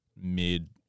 mid